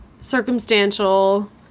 circumstantial